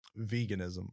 veganism